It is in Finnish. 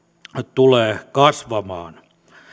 tulee kasvamaan